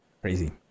Crazy